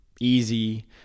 easy